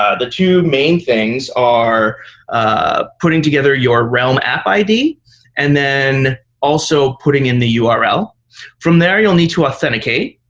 ah the two main things are ah putting together your realm app id and then also putting in the ah url. from there, you'll need to authenticate,